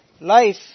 Life